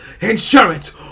insurance